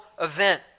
event